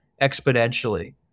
exponentially